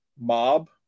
mob